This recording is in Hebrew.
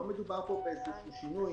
לא מדובר פה בשינוי